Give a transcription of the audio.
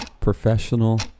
professional